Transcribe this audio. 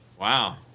wow